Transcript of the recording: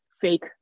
fake